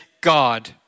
God